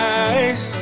eyes